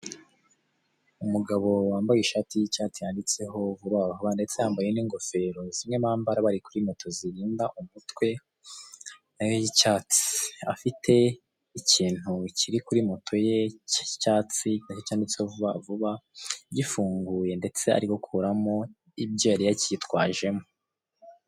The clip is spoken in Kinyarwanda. Umugabo wambaye ishati y'icyatsi yanditseho vubavuba ndetse yambaye n'ingofero, zimwe bambara bari kuri moto zirinda umutwe nayo y'icyatsi, afite ikintu kiri kuri moto ye k'icyatsi nacyo cyanditseho vubavuba gifungunge ndetse ari gukuramo ibyo yari yitwajemo.